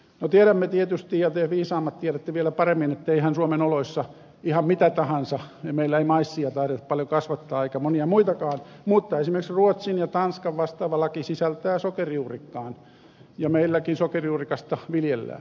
no tiedämme tietysti ja te viisaammat tiedätte vielä paremmin että eihän suomen oloissa ihan mitä tahansa kasvateta meillä ei maissia taideta paljon kasvattaa eikä monia muitakaan mutta esimerkiksi ruotsin ja tanskan vastaava laki sisältää sokerijuurikkaan ja meilläkin sokerijuurikasta viljellään